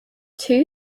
two